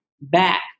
back